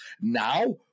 Now